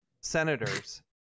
senators